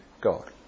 God